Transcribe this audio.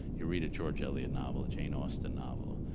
you read a george elliot novel, jane austen novel,